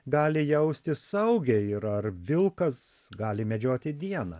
gali jaustis saugiai ir ar vilkas gali medžioti dieną